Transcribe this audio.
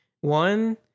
One